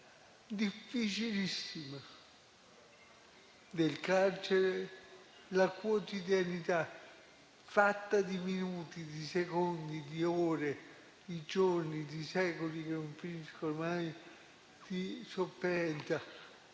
difficilissima del carcere la quotidianità, fatta di minuti, di secondi, di ore, di giorni, di secoli, che non finiscono mai, di sofferenza.